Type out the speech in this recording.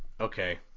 okay